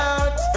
out